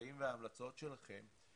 לממצאים וההמלצות שלכם.